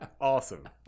Awesome